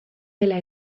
dela